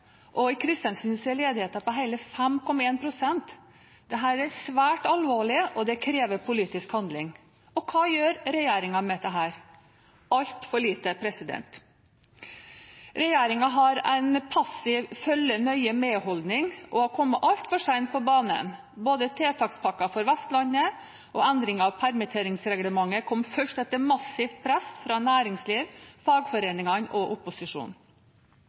I Kristiansund er ledigheten på hele 5,1 pst. Dette er svært alvorlig, og det krever politisk handling. Og hva gjør regjeringen med dette? Altfor lite. Regjeringen har en passiv følge-nøye-med-holdning og har kommet altfor sent på banen. Både tiltakspakker for Vestlandet og endring av permitteringsreglementet kom først etter massivt press fra næringsliv, fagforeningene og opposisjonen.